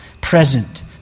present